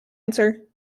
answer